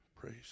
Praise